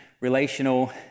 relational